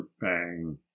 bang